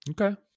Okay